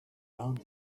found